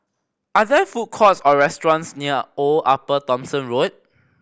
are there food courts or restaurants near Old Upper Thomson Road